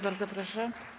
Bardzo proszę.